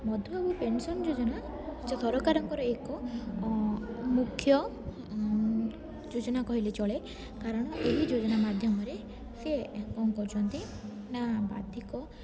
Madhubabu pension ଯୋଜନା ସରକାରଙ୍କର ଏକ ମୁଖ୍ୟ ଯୋଜନା କହିଲେ ଚଳେ କାରଣ ଏହି ଯୋଜନା ମାଧ୍ୟମରେ ସିଏ କ'ଣ କରୁଛନ୍ତି ନା ବାଧିକ